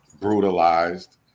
brutalized